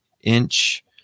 inch